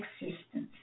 existence